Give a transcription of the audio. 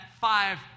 five